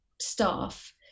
staff